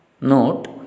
Note